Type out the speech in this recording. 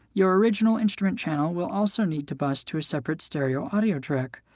your original instrument channel will also need to bus to a separate stereo audio track.